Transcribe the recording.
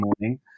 morning